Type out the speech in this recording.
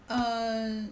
err